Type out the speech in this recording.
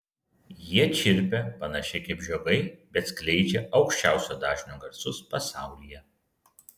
jie čirpia panašiai kaip žiogai bet skleidžia aukščiausio dažnio garsus pasaulyje